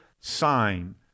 sign